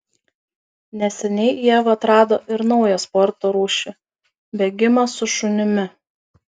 neseniai ieva atrado ir naują sporto rūšį bėgimą su šunimi